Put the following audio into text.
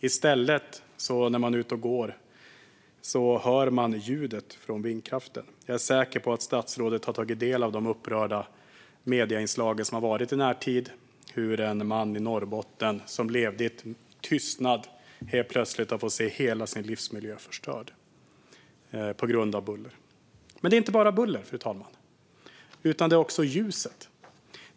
När de är ute och går hör de ljudet från vindkraften. Jag är säker på att statsrådet har tagit del av de upprörda medieinslag som har varit i närtid, till exempel hur en man i Norrbotten som levde i tystnad helt plötsligt har fått se hela sin livsmiljö förstörd på grund av buller. Men det är inte bara buller, fru talman, utan det är också ljuset.